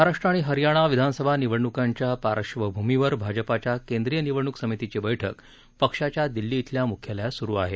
महाराष्ट्र आणि हरयाणातल्या विधानसभा निवडणकांच्या पार्श्वभूमीवर भाजपाच्या केंद्रीय निवडणूक समितीची बैठक पक्षाच्या दिल्ली इथल्या मुख्यालयात सुरु आहे